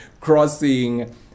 crossing